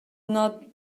not